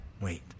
wait